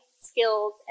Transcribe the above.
skills